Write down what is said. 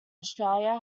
australia